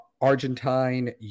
Argentine